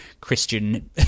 christian